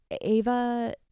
Ava